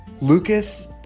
Lucas